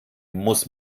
muss